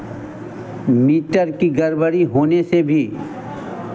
metre की गड़बड़ी होने से भी